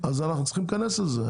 אז אנחנו צריכים להיכנס לזה.